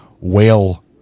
whale